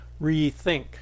rethink